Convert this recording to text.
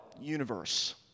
universe